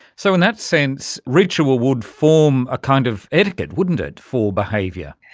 so in that sense ritual would form a kind of etiquette, wouldn't it, for behaviour.